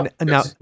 Now